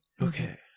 okay